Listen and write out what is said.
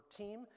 team